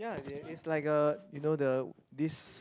ya it's is like a you know the this